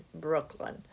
Brooklyn